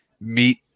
meet